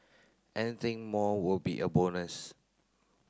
anything more will be a bonus